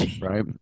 right